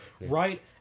right